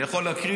אני יכול להקריא,